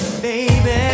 baby